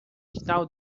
quintal